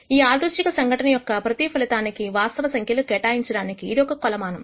ఈ అనిర్దిష్ట సంఘటన యొక్క ప్రతీ ఫలితానికి వాస్తవ సంఖ్యలు ను కేటాయించడానికి ఇది ఒక కొలమానం